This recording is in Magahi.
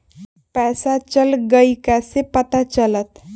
पैसा चल गयी कैसे पता चलत?